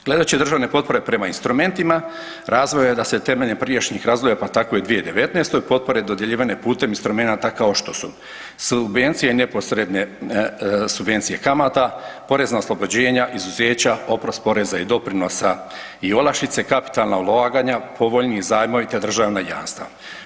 Gledajući državne potpore prema instrumentima razvoja da se temeljem prijašnjih razdoblja, pa tako i u 2019. potpore dodjeljivane putem instrumenata kao što su subvencija i neposredne subvencije kamata, porezna oslobođenja, izuzeća, oprost poreza i doprinosa i olakšice, kapitalna ulaganja, povoljniji zajmovi, te državna jamstva.